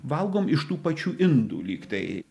valgom iš tų pačių indų lygtai